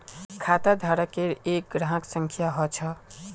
खाताधारकेर एक ग्राहक संख्या ह छ